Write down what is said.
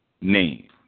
name